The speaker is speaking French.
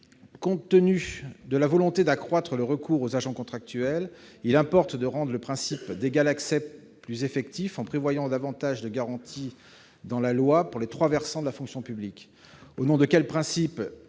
Compte tenu de la volonté d'accroître le recours aux agents contractuels, il importe de rendre le principe d'égal accès plus effectif, en prévoyant davantage de garanties dans la loi pour les trois versants de la fonction publique. Au nom de quel principe